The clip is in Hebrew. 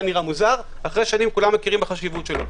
היה נראה מוזר ואחרי שנים כולם מכירים בחשיבותו.